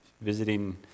visiting